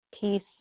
peace